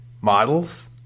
models